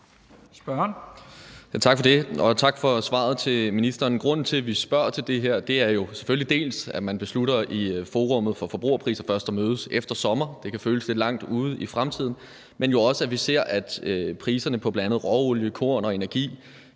Tak for det, og tak for svaret til ministeren. Grunden til, at vi spørger til det her, er jo selvfølgelig, dels at man beslutter i Forum for Forbrugerpriser først at mødes efter sommer – det kan føles lidt langt ude i fremtiden – dels at vi ser, at priserne på bl.a. råolie, korn og energi